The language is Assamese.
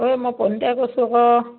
ঐ মই প্ৰণীতাই কৈছোঁ আকৌ